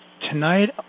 Tonight